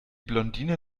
blondine